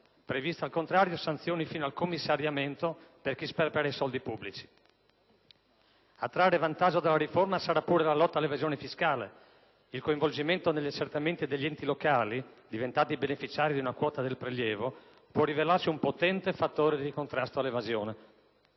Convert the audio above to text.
previste al contrario sanzioni fino al commissariamento per chi sperpera i soldi pubblici. A trarre vantaggio dalla riforma sarà pure la lotta all'evasione fiscale: il coinvolgimento negli accertamenti degli enti locali, diventati beneficiari di una quota del prelievo, può rivelarsi un potente fattore di contrasto all'evasione.